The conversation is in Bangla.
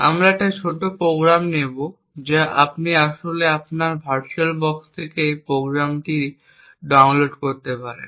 আমরা একটি ছোট প্রোগ্রাম নেব যা আপনি আসলে আপনার ভার্চুয়ালবক্স থেকে এই প্রোগ্রামটি ডাউনলোড করতে পারেন